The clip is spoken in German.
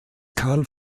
carl